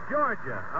Georgia